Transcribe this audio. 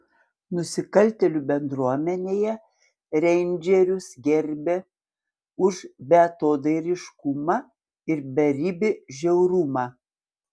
nusikaltėlių bendruomenėje reindžerius gerbė už beatodairiškumą ir beribį žiaurumą